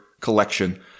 collection